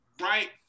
Right